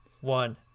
one